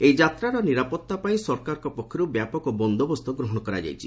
ଏହି ଯାତ୍ରାର ନିରାପତ୍ତା ପାଇଁ ସରକାରଙ୍କ ପକ୍ଷରୁ ବ୍ୟାପକ ବନ୍ଦୋବସ୍ତ ଗ୍ରହଣ କରାଯାଇଛି